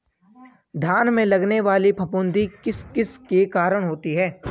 धान में लगने वाली फफूंदी किस किस के कारण होती है?